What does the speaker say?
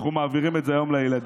אנחנו מעבירים את זה היום לילדים.